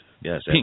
Yes